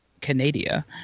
Canada